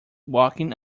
walking